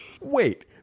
Wait